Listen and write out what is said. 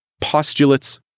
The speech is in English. postulates